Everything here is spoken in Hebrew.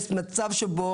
יש מצב שבו,